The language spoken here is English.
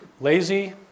Lazy